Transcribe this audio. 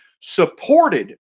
supported